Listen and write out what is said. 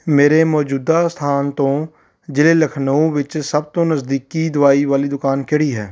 ਮੇਰੇ ਮੌਜੂਦਾ ਸਥਾਨ ਤੋਂ ਜ਼ਿਲ੍ਹੇ ਲਖਨਊ ਵਿੱਚ ਸਭ ਤੋਂ ਨਜ਼ਦੀਕੀ ਦਵਾਈ ਵਾਲੀ ਦੁਕਾਨ ਕਿਹੜੀ ਹੈ